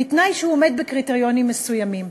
בתנאי שהוא עומד בקריטריונים מסוימים.